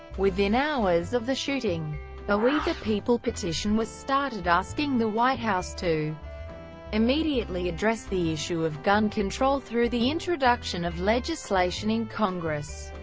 within hours of the shooting, a we the people petition was started asking the white house to immediately address the issue of gun control through the introduction of legislation in congress,